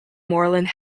moreland